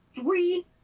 three